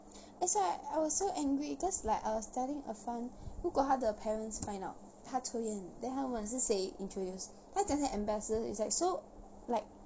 that's why I was so angry cause like I was telling er fan 如果她的 parents find out 她抽烟 then 他问是谁 introduce 她讲是 ambassador is like so like